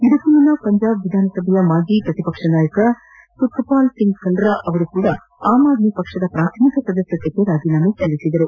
ಇದಕ್ಕೂ ಮುನ್ನ ಪಂಜಾಬ್ ವಿಧಾನಸಭೆಯ ಮಾಜಿ ಪ್ರತಿಪಕ್ಷ ನಾಯಕ ಸುಖ್ಪಾಲ್ ಸಿಂಗ್ ಕಲ್ರಾ ಸಹ ಆಮ್ ಆದ್ಮಿ ಪಕ್ಷದ ಪ್ರಾಥಮಿಕ ಸದಸ್ಯತ್ವಕ್ಕೆ ರಾಜೀನಾಮೆ ಸಲ್ಲಿಸಿದ್ದಾರೆ